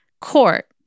court